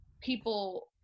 people